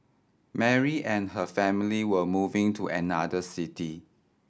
Mary and her family were moving to another city